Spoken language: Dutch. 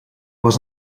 was